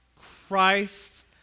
Christ